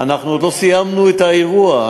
אנחנו עוד לא סיימנו את האירוע,